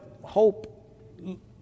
hope